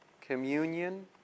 communion